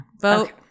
Vote